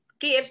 KFC